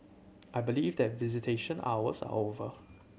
I believe that visitation hours are over